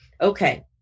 okay